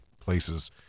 places